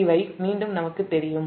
இவை மீண்டும் நமக்குத் தெரியும்